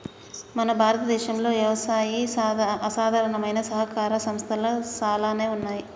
మన భారతదేసంలో యవసాయి ఆధారమైన సహకార సంస్థలు సాలానే ఉన్నాయి